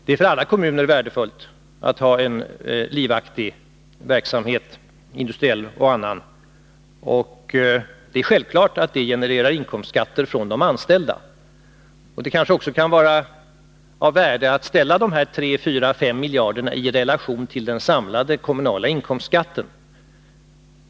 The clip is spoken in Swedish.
Det är för alla kommuner värdefullt att ha en livaktig verksamhet —- industriell och annan — och det är självklart att det genererar inkomstskatter från de anställda. Det kanske också kan vara av värde att ställa de här 3, 4, 5 miljarderna i relation till den samlade kommunala inkomstskatten.